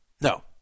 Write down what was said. No